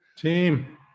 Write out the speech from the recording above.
Team